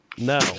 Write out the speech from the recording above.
No